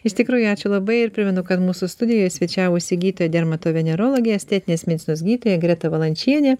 iš tikrųjų ačiū labai ir primenu kad mūsų studijoje svečiavosi gydytoja dermatovenerologė estetinės medicinos gydytoja greta valančienė